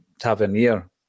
Tavernier